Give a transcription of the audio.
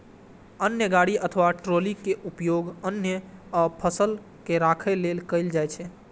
अन्न गाड़ी अथवा ट्रॉली के उपयोग अन्न आ फसल के राखै लेल कैल जाइ छै